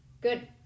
Good